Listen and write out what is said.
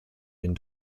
den